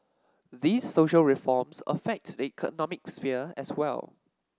these social reforms affect the economic sphere as well